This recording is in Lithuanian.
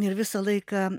ir visą laiką